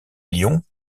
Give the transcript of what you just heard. lyon